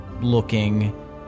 looking